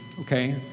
okay